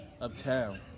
uptown